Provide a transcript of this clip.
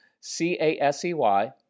C-A-S-E-Y